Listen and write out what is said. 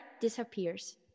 disappears